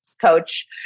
coach